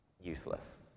useless